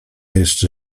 jeszcze